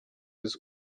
des